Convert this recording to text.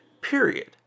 period